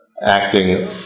acting